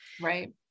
Right